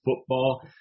football